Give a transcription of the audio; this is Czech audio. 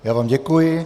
Já vám děkuji.